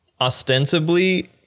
ostensibly